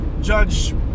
Judge